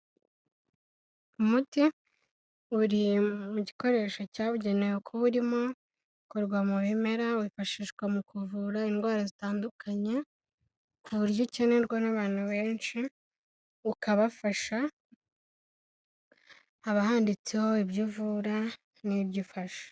umuti uri mu gikoresho cyabugenewe kuba urimo ukorwa mu bimera wifashishwa mu kuvura indwara zitandukanye ku buryo ukenerwa n'abantu benshi ukabafasha haba handitseho ibyo uvura n'ibyo ufashe.